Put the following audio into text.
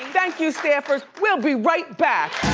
thank you, staffers, we'll be right back.